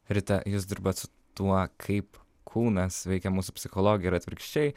ryte jūs dirbat su tuo kaip kūnas veikia mūsų psichologiją ir atvirkščiai